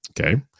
Okay